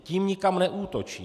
Tím nikam neútočím.